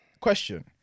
question